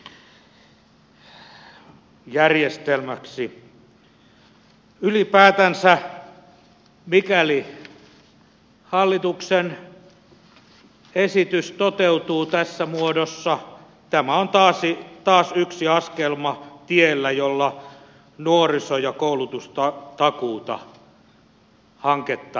ylipäätänsä mikäli hallituksen esitys toteutuu tässä muodossa tämä on taas yksi askelma tiellä jolla nuoriso ja koulutustakuuhanketta vesitetään